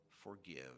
forgive